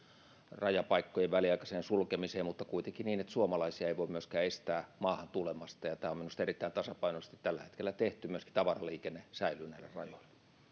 rajapaikkojen väliaikaiseen sulkemiseen mutta kuitenkin niin että suomalaisia ei voi myöskään estää maahan tulemasta ja tämä on minusta erittäin tasapainoisesti tällä hetkellä tehty myöskin tavaraliikenne säilyy näillä rajoilla